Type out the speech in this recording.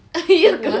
ya ke